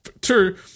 Two